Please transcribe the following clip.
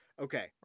Okay